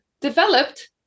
developed